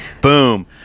boom